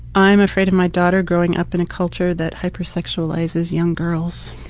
i'm afraid of my daughter growing up in a culture that hyper sexualizes young girls.